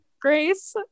grace